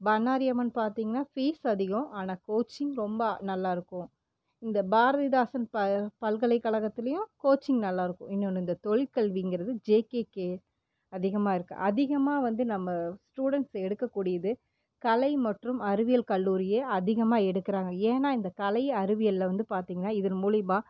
பண்ணாரி அம்மன் பாரத்திங்கன்னா ஃபீஸ் அதிகம் ஆனால் கோச்சிங் ரொம்ப நல்லாயிருக்கும் இந்த பாரதிதாசன் பல்கலைகழகத்திலியும் கோச்சிங் நல்லாயிருக்கும் இன்னொன்னு இந்த தொழில் கல்விங்கறது ஜேகேகே அதிகமாகருக்கு அதிகமாக வந்து நம்ம ஸ்டூடண்ட்ஸ் எடுக்கக்கூடியது கலை மற்றும் அறிவியல் கல்லூரியே அதிகமாக எடுக்கிறாங்க ஏனால் இந்த கலை அறிவியலில் வந்து பார்த்திங்கன்னா இதன் மூலிமா